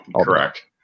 Correct